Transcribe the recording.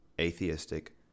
atheistic